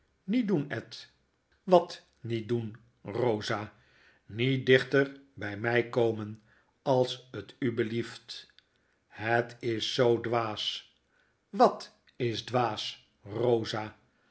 met doen ed wat niet doen rosa met dichter bij my komen als t u blieft het is z o o dwaas wat is dwaas rosa